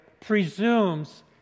presumes